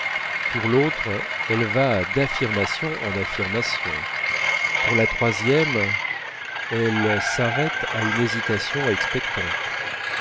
pour l'autre elle va d'affirmation en affirmation pour la troisième elle s'arrête à une hésitation expectante